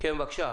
כן, בבקשה.